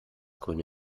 grüne